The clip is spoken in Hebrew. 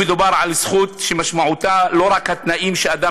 מדובר בזכות שמשמעה לא רק התנאים שאדם